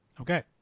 Okay